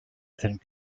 and